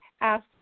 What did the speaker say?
ask